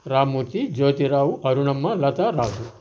Rammurthy Jyothirao Arunamma Latha Rahul